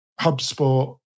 HubSpot